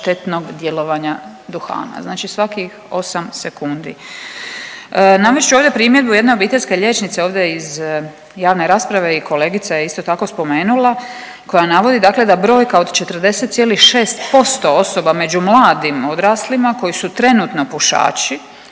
štetnog djelovanja duhana, znači svakih osam sekundi. Navest ću ovdje primjedbu jedne obiteljske liječnice ovdje iz javne rasprave i kolegica je isto tako spomenula koja navodi dakle da brojka od 40,6% osoba među mladim odraslima koji su trenutno pušači